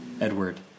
Edward